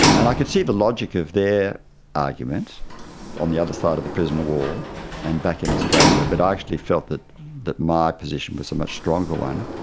and i could see the logic of their argument on the other side of the prison wall and back in australia, but i actually felt that that my position was a much stronger one.